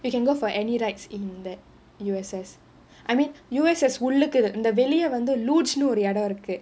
you can go for any rides in that U_S_S I mean U_S_S உள்ளுக்கு அந்த வெளிய வந்து:ullukku antha veliya vanthu lodge ஒரு இடம் இருக்கு:oru idam irukku